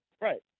Right